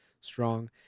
strong